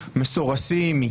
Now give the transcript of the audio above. מסורסים,